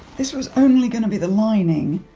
this was only going to be the lining,